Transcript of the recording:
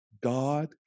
God